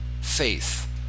faith